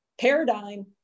paradigm